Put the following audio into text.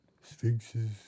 Sphinxes